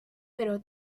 pero